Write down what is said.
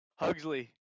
Hugsley